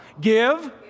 give